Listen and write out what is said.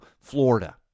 Florida